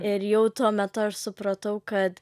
ir jau tuo metu aš supratau kad